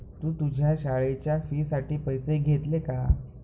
तू तुझ्या शाळेच्या फी साठी पैसे घेतले का?